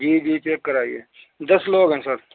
جی جی چیک کرائیے دس لوگ ہیں سر